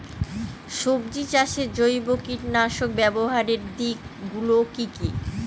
সবজি চাষে জৈব কীটনাশক ব্যাবহারের দিক গুলি কি কী?